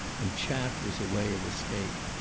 and chaff was a way of escape.